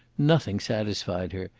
nothing satisfied her,